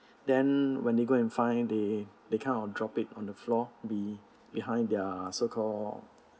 then when they go and find they they kind of drop it on the floor be~ behind their so call